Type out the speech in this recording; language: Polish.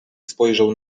spojrzał